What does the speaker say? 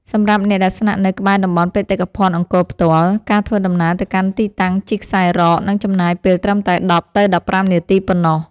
សម្រាប់អ្នកដែលស្នាក់នៅក្បែរតំបន់បេតិកភណ្ឌអង្គរផ្ទាល់ ការធ្វើដំណើរទៅកាន់ទីតាំងជិះខ្សែរ៉កនឹងចំណាយពេលត្រឹមតែ ១០ ទៅ ១៥ នាទីប៉ុណ្ណោះ។